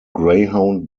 greyhound